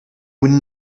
would